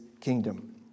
kingdom